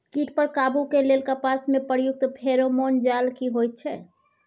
कीट पर काबू के लेल कपास में प्रयुक्त फेरोमोन जाल की होयत छै?